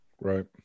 right